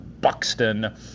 Buxton